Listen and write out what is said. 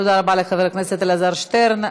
תודה רבה לחבר הכנסת אלעזר שטרן.